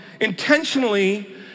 intentionally